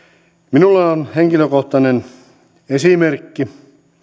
minulla on henkilökohtainen esimerkki